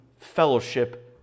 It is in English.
fellowship